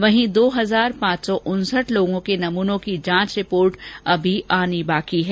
वहीं दो हजार पांच सौ उनसठ लोगों के नमूनों की जांच रिपोर्ट का इंतजार है